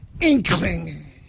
inkling